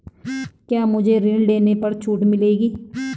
क्या मुझे ऋण लेने पर छूट मिलेगी?